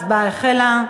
ההצבעה החלה.